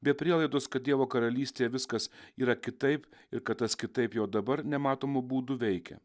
be prielaidos kad dievo karalystėje viskas yra kitaip ir kad tas kitaip jau dabar nematomu būdu veikia